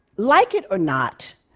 like it or not,